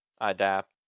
Adapt